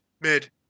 mid